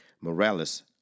Morales